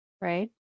right